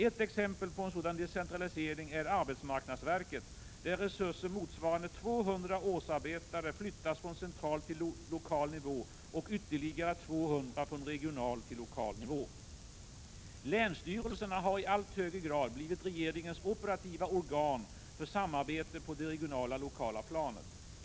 Ett exempel på en sådan decentralisering är arbetsmarknadsverket där resurser motsvarande 200 årsarbetare flyttas från central till lokal nivå och ytterligare 200 från regional till lokal nivå. Länsstyrelserna har i allt högre grad blivit regeringens operativa organ för samarbete på det regionala-lokala planet.